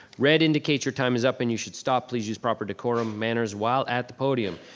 red indicates your time is up and you should stop. please use proper decorum, manners, while at the podium.